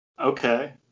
Okay